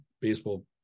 baseball